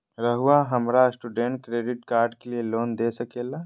रहुआ हमरा student credit card के लिए लोन दे सके ला?